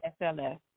sls